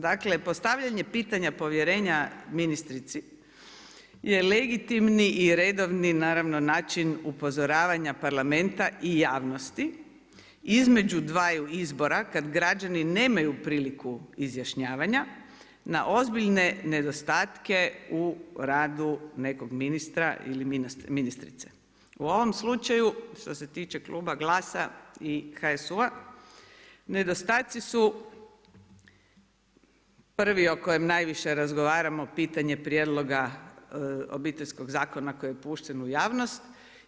Dakle, postavljanje pitanje povjerenja ministrici je legitimni i redovni naravno način upozoravanje Parlamenta i javnosti između dvaju izbora, kad građani nemaju priliku izjašnjavanja na ozbiljne nedostatke u radu nekog ministra ili ministrice. u ovom slučaju, što se tiče Kluba GLAS-a i HSU-a, nedostaci su prvi o kojem najviše razgovaramo pitanje prijedloga Obiteljskog zakona koji je pušten u javnost.